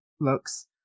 looks